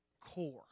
core